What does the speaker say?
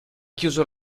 chiuso